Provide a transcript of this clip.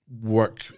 work